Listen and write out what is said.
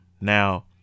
Now